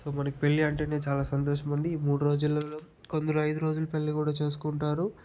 so మనకి పెళ్ళి అంటేనే చాలా సంతోషమండి ఈ మూడు రోజులలో కొందరు ఐదు రోజుల పెళ్ళి కూడా చేసుకుంటారు